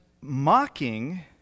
mocking